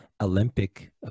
Olympic